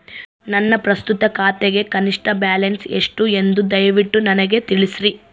ನನ್ನ ಪ್ರಸ್ತುತ ಖಾತೆಗೆ ಕನಿಷ್ಠ ಬ್ಯಾಲೆನ್ಸ್ ಎಷ್ಟು ಎಂದು ದಯವಿಟ್ಟು ನನಗೆ ತಿಳಿಸ್ರಿ